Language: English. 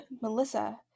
Melissa